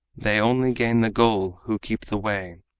they only gain the goal who keep the way.